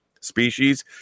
Species